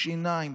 עם שיניים,